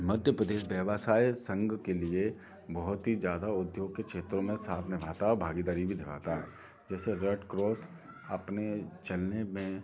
मध्य प्रदेश व्यवसाय संघ के लिए बहुत ही ज़्यादा उद्योग के क्षेत्रों में साथ निभाता है और भागीदारी भी निभाता है जैसे रेड क्रॉस अपने चलने में